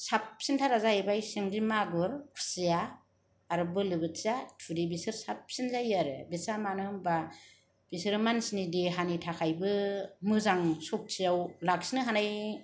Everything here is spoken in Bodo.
साबसिनथारा जाहैबाय सिंगि मागुर खुसिया आरो बालाबाथिया थुरि बेसोर साबसिन जायो आरो बेस्रा मानो होनबा मानसिनि देहानि थाखायबो मोजां सखथियाव लाखिनो हानाय